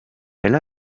elle